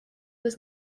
was